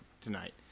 tonight